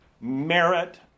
merit